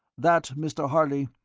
that, mr. harley,